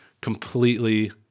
completely